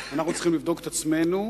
אנחנו צריכים לבדוק את עצמנו,